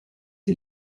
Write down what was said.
sie